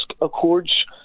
Accords